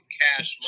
cash